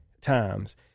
times